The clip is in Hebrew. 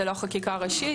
זו לא חקיקה ראשית,